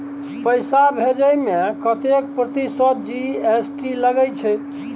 पैसा भेजै में कतेक प्रतिसत जी.एस.टी लगे छै?